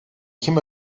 kim